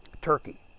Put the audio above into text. turkey